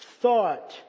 Thought